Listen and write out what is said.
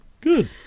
good